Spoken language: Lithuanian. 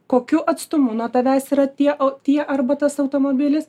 kokiu atstumu nuo tavęs yra tie o tie arba tas automobilis